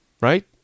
right